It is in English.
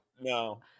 No